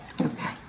Okay